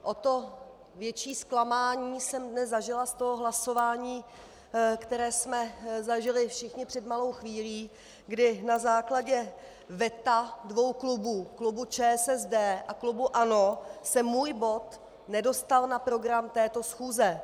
O to větší zklamání jsem dnes zažila z toho hlasování, které jsme zažili všichni před malou chvílí, kdy na základě veta dvou klubů, klubu ČSSD a klubu ANO, se můj bod nedostal na program této schůze.